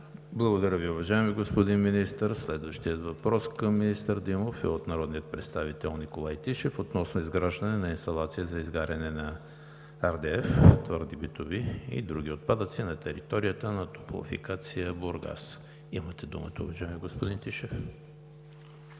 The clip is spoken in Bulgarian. Благодаря Ви, уважаеми господин Министър. Следващият въпрос към министър Димов е от народния представител Николай Тишев относно изграждане на инсталация за изгаряне на RDF – твърди битови и други отпадъци, на територията на „Топлофикация – Бургас“ ЕАД. Имате думата, уважаеми господин Тишев.